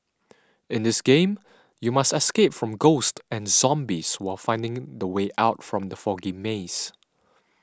in this game you must escape from ghosts and zombies while finding the way out from the foggy maze